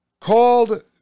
Called